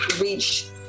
reach